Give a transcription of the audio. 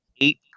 eight